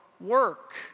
work